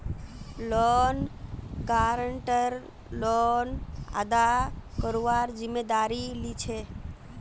loan guarantor loan अदा करवार जिम्मेदारी लीछे